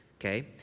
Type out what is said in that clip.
Okay